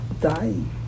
Dying